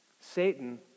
Satan